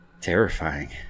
terrifying